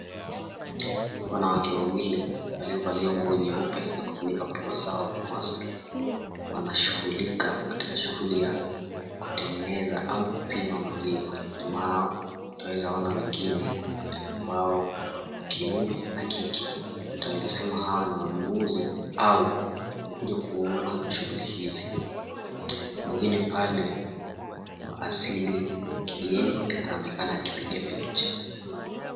Wanawake wawili waliovalia nguo nyeupe na kufunika pua zao kwa mask , wanashughulika katika shughuli ya kutengeneza au kupima maziwa. Nyuma yao utaweza ona wengine ambao ni wa kiume na kike. Twaweza sema hawa ni wanunuzi au wamekuja kuona shughuli hizi. Mwengine pale wa asili ya kigeni anaonekana akipiga picha.